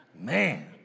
Man